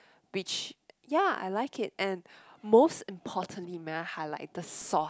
which yea I like it and most importantly may I highlight the sauce